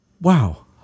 Wow